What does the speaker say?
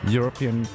European